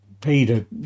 Peter